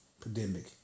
pandemic